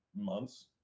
months